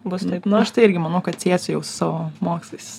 bus taip nu aš tai irgi manau kad siesiu jau su savo mokslais